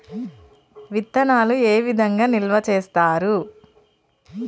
విత్తనాలు ఏ విధంగా నిల్వ చేస్తారు?